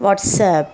WhatsApp